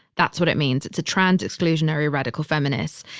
that's what it means. it's a trans exclusionary radical feminists.